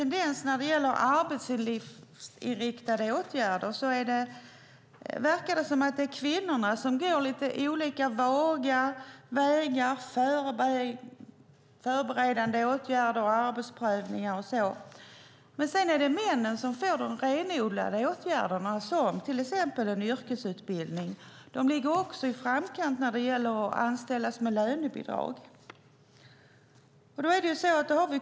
När det gäller arbetslivsinriktade åtgärder verkar det finnas en tendens att kvinnorna går lite olika vägar med förberedande åtgärder, arbetsprövningar och så vidare. Men sedan är det männen som får de renodlade åtgärderna, till exempel en yrkesutbildning. De ligger också i framkant när det gäller att anställas med lönebidrag.